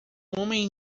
homem